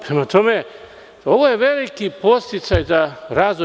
Prema tome, ovo je veliki podsticaj za razvoj.